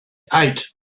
ate